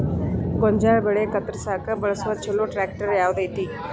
ಗೋಂಜಾಳ ಬೆಳೆ ಕತ್ರಸಾಕ್ ಬಳಸುವ ಛಲೋ ಟ್ರ್ಯಾಕ್ಟರ್ ಯಾವ್ದ್ ಐತಿ?